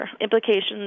implications